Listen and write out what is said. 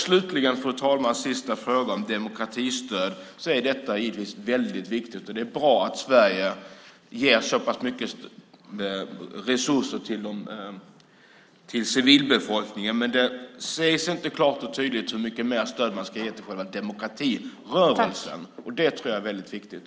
Slutligen, fru talman, är givetvis frågan om demokratistöd väldigt viktig. Det är bra att Sverige ger så pass mycket resurser till civilbefolkningen. Dock sägs det inte klart och tydligt hur mycket mer stöd man ska ge till själva demokratirörelsen. Det tror jag är väldigt viktigt.